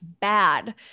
bad